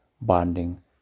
bonding